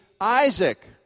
Isaac